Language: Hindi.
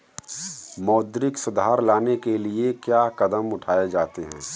मौद्रिक सुधार लाने के लिए क्या कदम उठाए जाते हैं